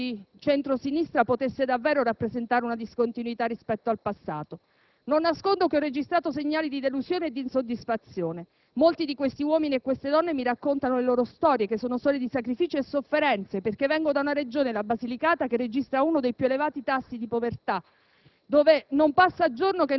quelli che hanno creduto e sperato che un Governo di centro-sinistra potesse davvero rappresentare una discontinuità rispetto al passato. Non nascondo che ho registrato segnali di delusione e di insoddisfazione. Molti di questi uomini e di queste donne mi raccontano le loro storie, che sono storie di sacrifici e di sofferenze. Vengo, infatti, da una Regione, la Basilicata, che registra uno dei più elevati tassi di povertà,